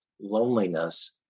loneliness